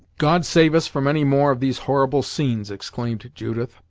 god save us from any more of these horrible scenes! exclaimed judith,